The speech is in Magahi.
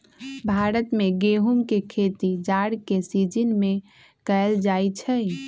भारत में गेहूम के खेती जाड़ के सिजिन में कएल जाइ छइ